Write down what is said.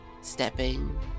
Stepping